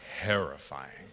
terrifying